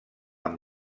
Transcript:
amb